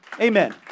Amen